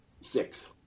six